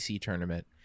tournament